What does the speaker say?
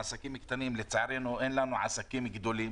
לעסקים קטנים צערנו אין לנו עסקים גדולים,